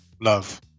love